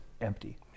empty